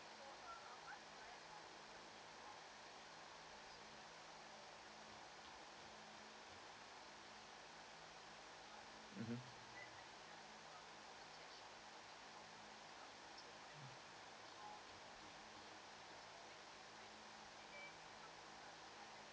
mmhmm